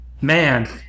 man